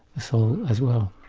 the soul as well.